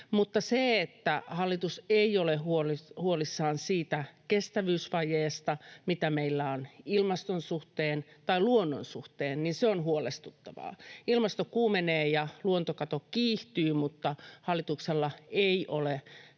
Mutta se, että hallitus ei ole huolissaan siitä kestävyysvajeesta, mikä meillä on ilmaston suhteen tai luonnon suhteen, on huolestuttavaa. Ilmasto kuumenee ja luontokato kiihtyy, mutta hallituksella ei ole niitä